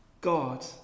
God